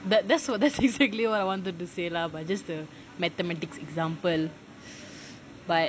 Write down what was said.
that that's what that's exactly what I wanted to say lah but that's the mathematics example but